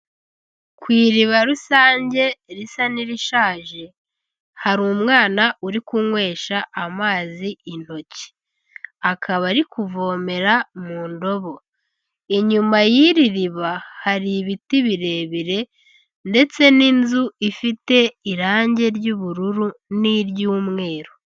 Ku iriba rusange risa n'irishaje hari umwana uri kunywesha amazi intoki, akaba ari kuvomera mu ndobo, inyuma y'iri riba hari ibiti birebire ndetse n'inzu ifite irangi ry'ubururu n'iry'umweru.